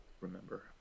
remember